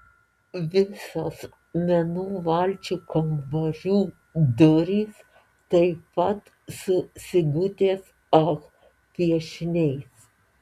visos menų valčių kambarių durys taip pat su sigutės ach piešiniais